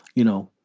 you know,